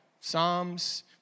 Psalms